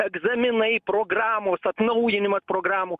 egzaminai programos atnaujinimas programų